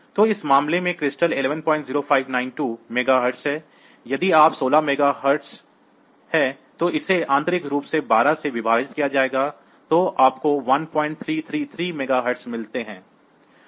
तो इस मामले में क्रिस्टल 110592 मेगाहर्ट्ज़ है यदि यह 16 मेगाहर्ट्ज़ है तो इसे आंतरिक रूप से 12 से विभाजित किया जाता है तो आपको 1333 मेगाहर्ट्ज़ मिलते हैं